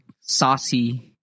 saucy